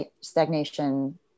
stagnation